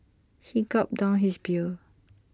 he gulped down his beer